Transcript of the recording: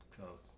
close